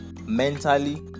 mentally